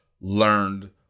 learned